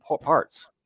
parts